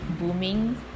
booming